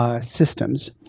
systems